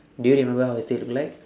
do you remember what how is it look like